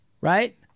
Right